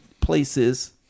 places